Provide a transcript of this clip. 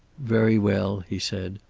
very well, he said.